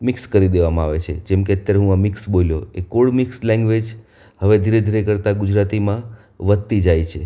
mix કરી દેવામાં આવે છે જેમકે અત્યારે હું આ મિક્સ બોલ્યો એ કોડ મિક્સ લેંગ્વેજ હવે ધીરે ધીરે કરતાં ગુજરાતીમાં વધતી જાય છે